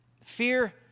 fear